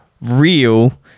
real